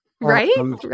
right